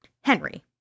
Henry